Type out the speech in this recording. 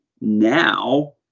now